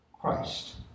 Christ